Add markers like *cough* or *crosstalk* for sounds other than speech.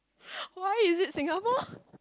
*breath* why is it Singapore